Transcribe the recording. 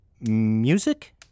Music